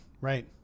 right